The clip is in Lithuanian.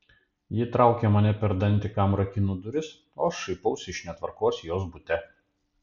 ji traukia mane per dantį kam rakinu duris o aš šaipausi iš netvarkos jos bute